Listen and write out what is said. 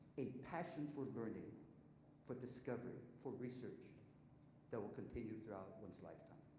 a passion for burning for discovery for research that will continue throughout one's lifetime.